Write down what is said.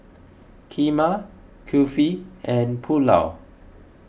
Kheema Kulfi and Pulao